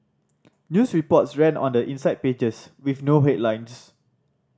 news reports runs on the inside pages with no headlines